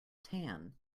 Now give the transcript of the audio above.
tan